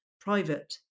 private